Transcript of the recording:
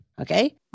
okay